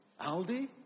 Aldi